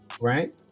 right